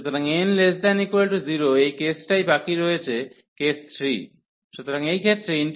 সুতরাং n≤0 এই কেসটাই বাকি রয়েছে কেস 3